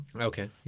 Okay